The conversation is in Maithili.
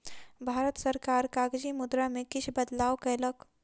भारत सरकार कागजी मुद्रा में किछ बदलाव कयलक